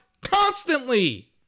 constantly